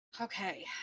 Okay